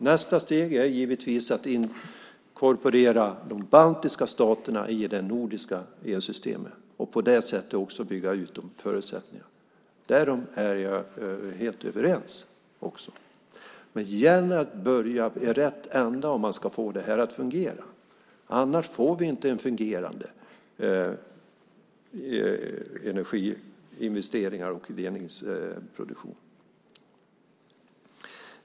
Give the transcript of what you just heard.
Nästa steg är givetvis att inkorporera de baltiska staterna i det nordiska elsystemet och att på det sättet bygga ut när det gäller de förutsättningarna. Därom är vi helt överens. Men det gäller att börja i rätt ända för att få det här att fungera. Börjar man inte i rätt ända får vi inte fungerande energiinvesteringar. Det gäller också ledningsproduktion.